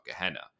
Gehenna